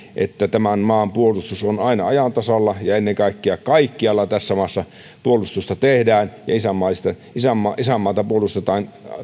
että tämän maan puolustus on aina ajan tasalla ja ennen kaikkea kaikkialla tässä maassa puolustusta tehdään ja isänmaata puolustetaan